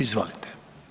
Izvolite.